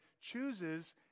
chooses